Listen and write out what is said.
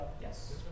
yes